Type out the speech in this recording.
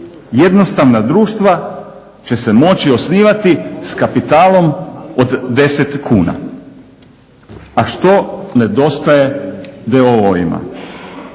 Jednostavna društva će se moći osnivati s kapitalom od 10 kuna. A što nedostaje d.o.o.-ima?